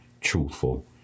truthful